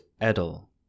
Edel